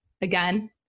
again